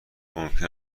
ممکن